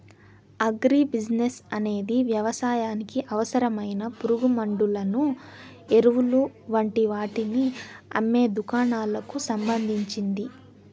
agri business అనేది వ్యవసాయానికి అవసరమైన పురుగుమండులను, ఎరువులు వంటి వాటిని అమ్మే దుకాణాలకు సంబంధించింది